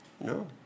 No